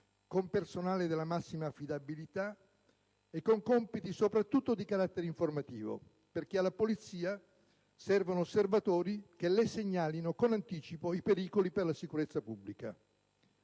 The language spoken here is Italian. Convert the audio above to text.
con personale della massima affidabilità e con compiti soprattutto di carattere informativo, perché alla polizia servono osservatori che segnalino con anticipo i pericoli per la sicurezza pubblica.